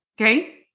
Okay